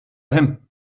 hin